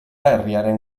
herriaren